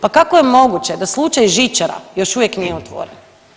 Pa kako je moguće da slučaj Žičara još uvijek nije otvoren?